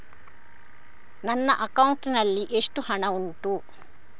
ನನ್ನ ಅಕೌಂಟ್ ನಲ್ಲಿ ಎಷ್ಟು ಹಣ ಉಂಟು?